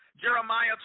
Jeremiah